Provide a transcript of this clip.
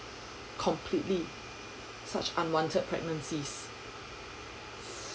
completely such unwanted pregnancies